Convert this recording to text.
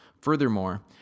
Furthermore